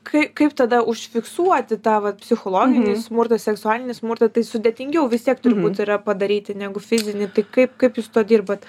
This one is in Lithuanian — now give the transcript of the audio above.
kai kaip tada užfiksuoti tą vat psichologinį smurtą seksualinį smurtą tai sudėtingiau vis tiek turi būt yra padaryti negu fizinį tai kaip kaip jūs tuo dirbat